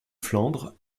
flandres